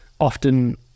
often